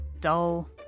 dull